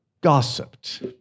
gossiped